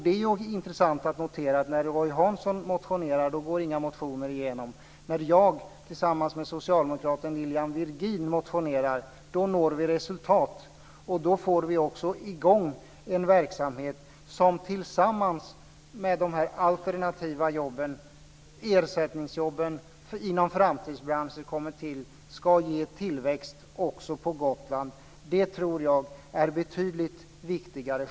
Det är intressant att notera att när Roy Hansson motionerar går motionerna inte igenom men att när jag tillsammans med socialdemokraten Lilian Virgin motionerar når vi resultat. Då får vi i gång en verksamhet som tillsammans med ersättningsjobben inom framtidsbranscher som kommer till ska ge tillväxt också på Gotland. Det tror jag är betydligt viktigare.